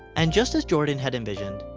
and just as jordan had envisioned,